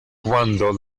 cuando